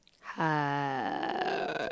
Hi